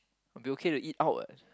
it'll be okay to eat out what